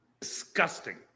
Disgusting